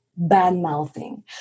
bad-mouthing